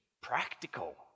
practical